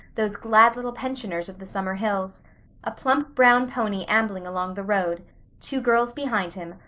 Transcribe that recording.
those glad little pensioners of the summer hills a plump brown pony ambling along the road two girls behind him,